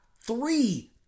three